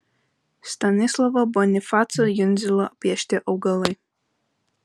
stanislovo bonifaco jundzilo piešti augalai